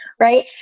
Right